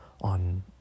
on